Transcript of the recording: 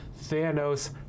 thanos